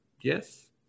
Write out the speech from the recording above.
yes